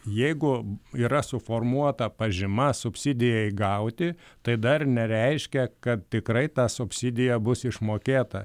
jeigu yra suformuota pažyma subsidijai gauti tai dar nereiškia kad tikrai ta subsidija bus išmokėta